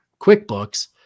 QuickBooks